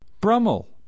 Brummel